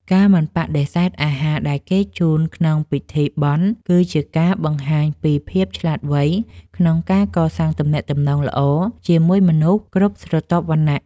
ការមិនបដិសេធអាហារដែលគេជូនក្នុងពិធីបុណ្យ គឺជាការបង្ហាញពីភាពឆ្លាតវៃក្នុងការកសាងទំនាក់ទំនងល្អជាមួយមនុស្សគ្រប់ស្រទាប់វណ្ណៈ។